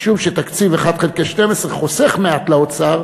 משום שתקציב 1 חלקי 12 חוסך מעט לאוצר,